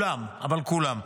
אבל כולם.